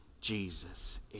Jesus